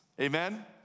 amen